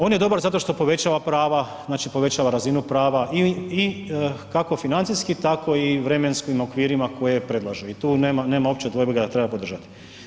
On je dobar zato što povećava prava, znači povećava razinu prava i kako financijski, tako i vremenskim okvirima koje predlažu i tu nema uopće dvojbe da ga treba podržati.